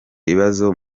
ibibazo